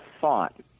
thought